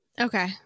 Okay